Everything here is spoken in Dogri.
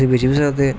ते उसी बेची बी सकदे